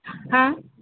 হ্যাঁ